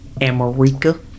America